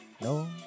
No